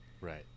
Right